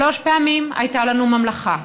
שלוש פעמים הייתה לנו ממלכה: